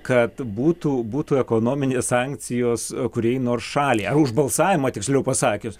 kad būtų būtų ekonominės sankcijos o kuriai nors šaliai už balsavimą tiksliau pasakius